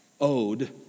owed